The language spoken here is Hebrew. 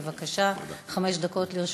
בבקשה, חמש דקות לרשותך.